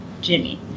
Jimmy